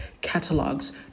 catalogs